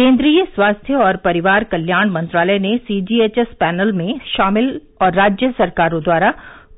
केंद्रीय स्वास्थ्य और परिवार कल्याण मंत्रालय ने सीजीएचएस पैनल में शामिल और राज्य सरकारों द्वारा